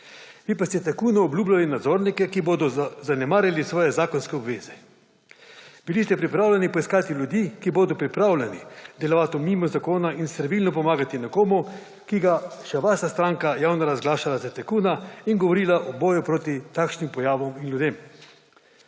Vi pa ste tajkunu obljubljali nadzornike, ki bodo zanemarili svoje zakonske obveze. Bili ste pripravljeni poiskati ljudi, ki bodo pripravljeni delovati mimo zakona in servilno pomagati nekomu, ki ga je še vaša stranka javno razglašala za tajkuna in govorila o boju proti takšnim pojavom in ljudem.